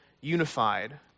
unified